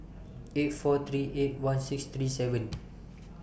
eight four three eight one six three seven